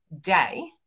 day